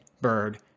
bird